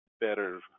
better